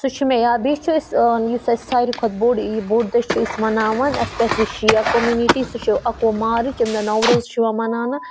سُہ چھِ مےٚ یاد بیٚیہِ چھِ أسۍ یُس اَسہِ ساروی کھۄتہٕ بوٚڈ یہِ بوٚڈ دۄہ چھِ أسۍ مَناوان اٮ۪سپیشلی شِیا کوٚمِنِٹی سُہ چھُ اَکہٕ وُہ مارٕچ ییٚمہِ دۄہ نَوروز چھُ یِوان مَناونہٕ